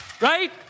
right